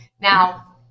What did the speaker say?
Now